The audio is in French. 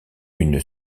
une